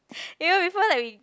you know before like we